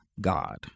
God